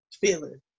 feeling